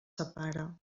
separa